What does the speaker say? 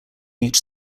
each